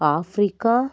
Africa